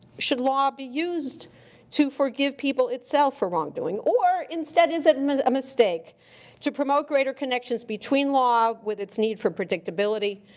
should law be used to forgive people, itself, for wrongdoing? or, instead, is it a mistake to promote greater connections between law, with its need for predictability,